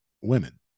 women